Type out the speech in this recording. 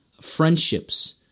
friendships